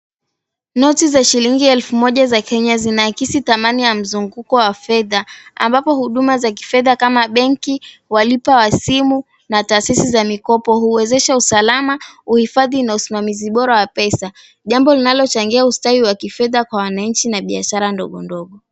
Noti za shilingi elfu moja za Kenya zinaakisi thamani ya mzunguko wa fedha ambapo huduma za kifedha kama benki, walipa wa simu, na taasisi za mikopo, huwezesha usalama, uhifadhi, na usimamizi bora wa pesa. Jambo linalochangia ustawi wa kifedha kwa wananchi na biashara ndogo ndogo.